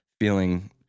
feeling